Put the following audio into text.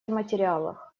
материалах